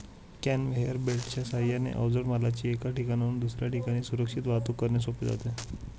conveyor बेल्टच्या साहाय्याने अवजड मालाची एका ठिकाणाहून दुसऱ्या ठिकाणी सुरक्षित वाहतूक करणे सोपे जाते